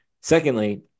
Secondly